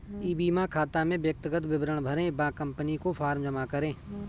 ई बीमा खाता में व्यक्तिगत विवरण भरें व कंपनी को फॉर्म जमा करें